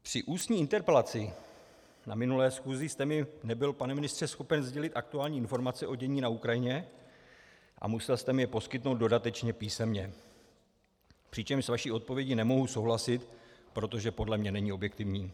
Při ústní interpelaci na minulé schůzi jste mi nebyl, pane ministře, schopen sdělit aktuální informace o dění na Ukrajině a musel jste mi je poskytnout dodatečně písemně, přičemž s vaší odpovědí nemohu souhlasit, protože podle mě není objektivní.